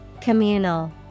Communal